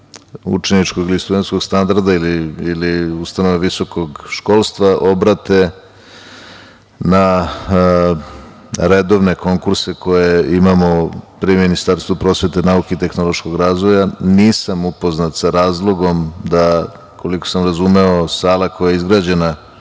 učeničkog ili studentskog standarda ili ustanove visokog školstva obrate na redovne konkurse koje imamo pri Ministarstvu prosvete, nauke i tehnološkog razvoja. Nisam upoznat sa razlogom da, koliko sam razumeo, sala koja je izgrađena